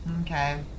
Okay